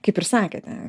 kaip ir sakėte